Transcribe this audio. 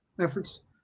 efforts